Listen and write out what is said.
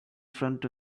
front